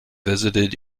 visited